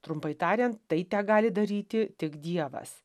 trumpai tariant tai tegali daryti tik dievas